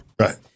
right